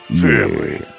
Family